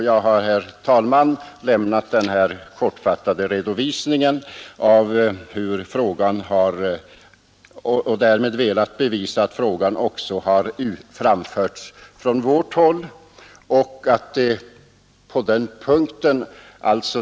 Jag har, herr talman, lämnat denna kortfattade redogörelse för att visa att frågan också har förts fram från vårt håll.